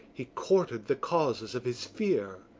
he courted the causes of his fear.